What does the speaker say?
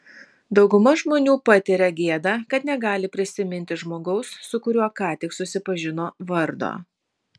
dauguma žmonių patiria gėdą kad negali prisiminti žmogaus su kuriuo ką tik susipažino vardo